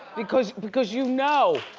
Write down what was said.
because because you know,